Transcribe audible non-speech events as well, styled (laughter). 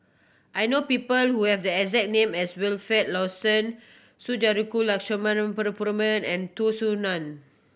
I know people who have the exact name as Wilfed Lawson Sundarajulu Lakshmana (unintelligible) and Tan Soo Nan